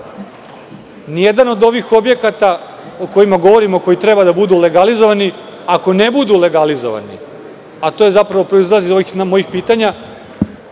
se završi. Ovi objekti o kojima govorimo, koji treba da budu legalizovani, ako ne budu legalizovani, a to zapravo proizilazi iz ovih mojih pitanja,